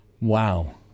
Wow